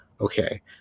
Okay